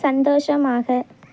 சந்தோஷமாக